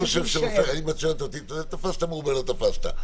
אם את שואלת אותי, תפסת מרובה, לא תפסת.